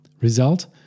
Result